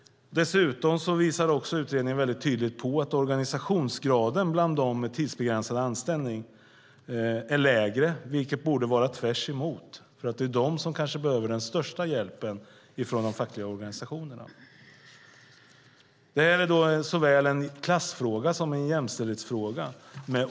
Dessutom visar utredningen tydligt att organisationsgraden bland dem med tidsbegränsad anställning är lägre, vilket borde vara tvärtom. Det är de som behöver den största hjälpen från de fackliga organisationerna. Otrygga anställningsformer är såväl en klassfråga som en jämställdhetsfråga.